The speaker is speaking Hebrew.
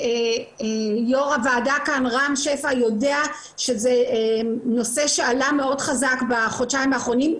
יו"ר הוועדה יודע שזה נושא שעלה מאוד חדש בחודשיים האחרונים.